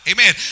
Amen